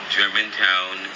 Germantown